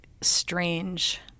strange